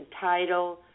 title